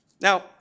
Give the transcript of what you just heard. Now